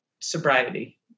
sobriety